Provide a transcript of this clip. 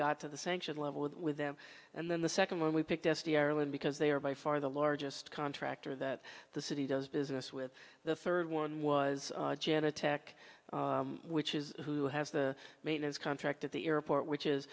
got to the sanction level with them and then the second one we picked s t erlend because they are by far the largest contractor that the city does business with the third one was janet tech which is who has the maintenance contract at the airport which is